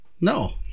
No